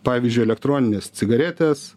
pavyzdžiui elektroninės cigaretės